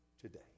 today